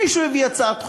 מישהו הביא הצעת חוק,